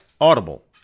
Audible